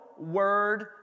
word